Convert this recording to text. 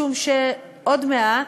משום שעוד מעט,